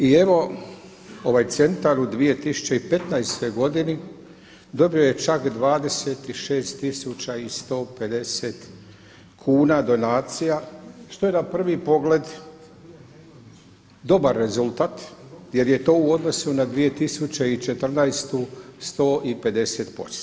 I evo ovaj centar u 2015. godini dobio je čak 26 150 kuna donacija što je na prvi pogled dobar rezultat jer je to u odnosu na 2014. 150%